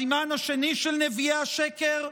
הסימן השני של נביאי השקר,